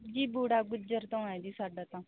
ਜੀ ਬੁਡਾ ਗੁੱਜਰ ਤੋਂ ਹੈ ਜੀ ਸਾਡਾ ਤਾਂ